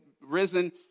risen